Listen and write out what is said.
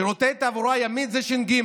שירותי תעבורה ימית זה ש"ג.